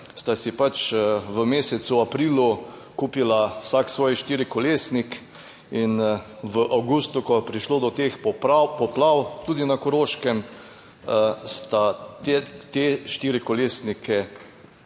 sta si pač v mesecu aprilu kupila vsak svoj štirikolesnik in v avgustu, ko je prišlo do teh poplav, poplav tudi na Koroškem, sta te štirikolesnike